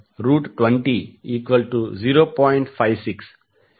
5200